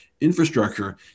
infrastructure